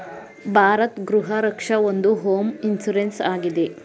ಭಾರತ್ ಗೃಹ ರಕ್ಷ ಒಂದು home insurance ಆಗಿದೆ